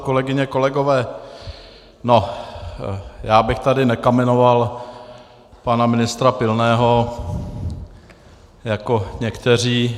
Kolegyně, kolegové, já bych tady nekamenoval pana ministra Pilného jako někteří.